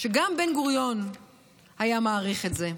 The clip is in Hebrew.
שגם בן-גוריון היה מעריך את זה.